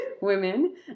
women